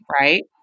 Right